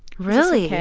really?